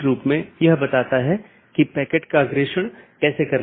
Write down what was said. इसलिए हर कोई दुसरे को जानता है या हर कोई दूसरों से जुड़ा हुआ है